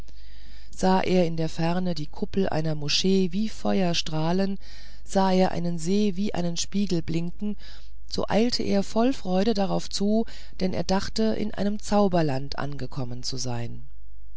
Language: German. sah er in der ferne die kuppel einer moschee wie feuer strahlen sah er einen see wie einen spiegel blinken so eilte er voll freude darauf zu denn er gedachte in einem zauberland angekommen zu sein